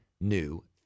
new